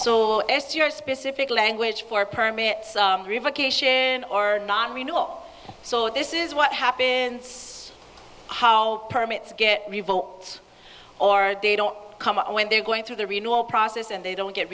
s your specific language for permits or nonrenewable so this is what happens so how permits get revolt or they don't come when they're going through the renewal process and they don't get